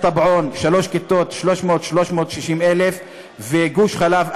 וגוש חלב,